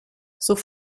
sus